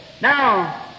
Now